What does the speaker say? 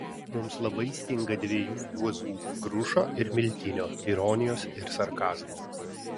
mums labai stinga dviejų juozų grušo ir miltinio ironijos ir sarkazmo